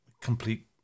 complete